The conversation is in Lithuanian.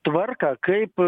tvarką kaip